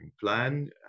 plan